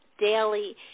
daily